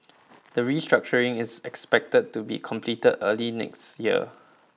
the restructuring is expected to be completed early next year